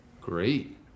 great